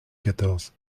quatorze